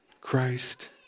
Christ